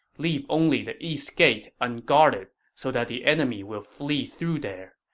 leave only the east gate unguarded so that the enemy will flee through there.